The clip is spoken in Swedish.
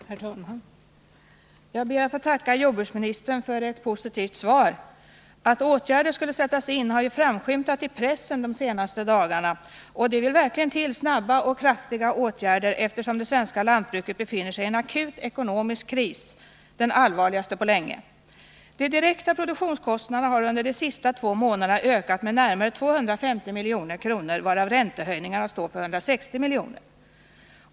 Herr talman! Jag ber att få tacka jordbruksministern för ett positivt svar. Att åtgärder skulle sättas in har ju framskymtat i pressen de senaste dagarna, och det vill verkligen till snabba och kraftiga åtgärder, eftersom det svenska lantbruket befinner sig i en akut ekonomisk kris, den allvarligaste på länge. De direkta produktionskostnaderna har under de sista två månaderna ökat med närmare 250 milj.kr., varav räntehöjningarna står för 60 miljoner.